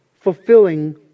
fulfilling